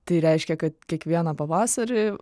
tai reiškia kad kiekvieną pavasarį